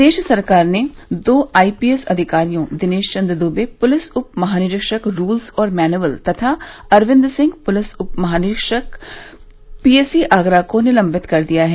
प्रदेश सरकार ने दो आईपीएस अधिकारियों दिनेश चन्द्र दुबे पुलिस उप महानिरीक्षक रूल्स और मैनुवल तथा अरविन्द सिंह पुलिस उप महानिरीक्षक पीएसी आगरा को निलम्बित कर दिया है